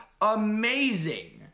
amazing